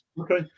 okay